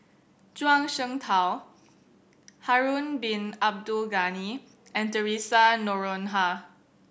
Zhuang Shengtao Harun Bin Abdul Ghani and Theresa Noronha